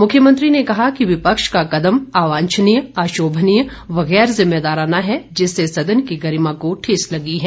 मुख्यमंत्री ने कहा कि विपक्ष का कदम अवांछनीय अशोभनीय व गैर जिम्मेदाराना है जिससे सदन की गरिमा को ठेस लगी है